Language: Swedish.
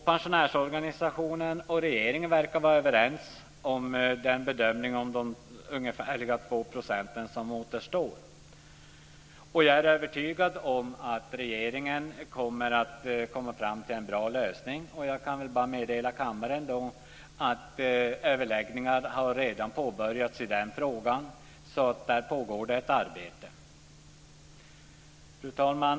Pensionärsorganisationerna och regeringen verkar vara överens om bedömningen av de ungefär 2 % som återstår. Och jag är övertygad om att regeringen kommer att komma fram till en bra lösning. Jag kan bara meddela kammaren att överläggningar redan har påbörjats i den frågan. Där pågår alltså ett arbete. Fru talman!